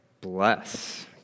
Bless